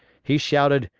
he shouted,